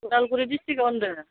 Udalguri डिस्ट्रिक्टआवनो